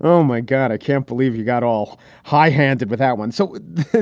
oh, my god. i can't believe you got all high handed without one. so